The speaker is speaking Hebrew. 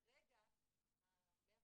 כרגע 105